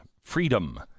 freedom